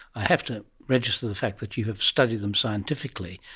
i have to reregister the fact that you have studied them scientifically,